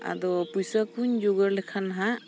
ᱟᱫᱚ ᱯᱩᱭᱥᱟᱹ ᱠᱚᱧ ᱡᱚᱜᱟᱲ ᱞᱮᱠᱷᱟᱱ ᱦᱟᱸᱜ